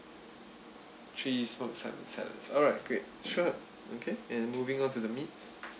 three smoked salmon salads alright great sure okay and moving on to the meats